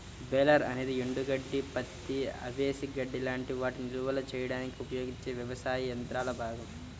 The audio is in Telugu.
బేలర్ అనేది ఎండుగడ్డి, పత్తి, అవిసె గడ్డి లాంటి వాటిని నిల్వ చేయడానికి ఉపయోగించే వ్యవసాయ యంత్రాల భాగం